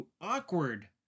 awkward